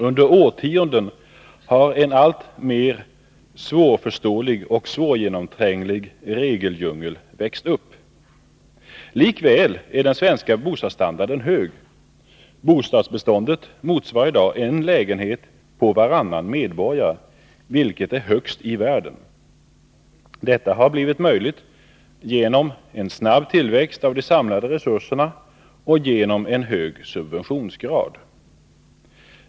Under årtionden har en alltmer svårförståelig och svårgenomtränglig regeldjungel växt upp. Likväl är den svenska bostadsstandarden hög. Bostadsbeståndet motsvarar i dag en lägenhet på varannan medborgare, vilket är högst i världen. Detta har blivit möjligt genom en snabb tillväxt av de samlade resurserna och genom en hög subventionsgrad.